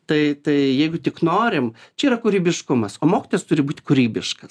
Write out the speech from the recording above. tai tai jeigu tik norim čia yra kūrybiškumas o mokytojas turi būti kūrybiškas